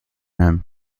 him